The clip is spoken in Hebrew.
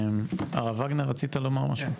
הרב וגנר רצית לומר משהו?